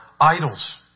idols